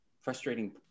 frustrating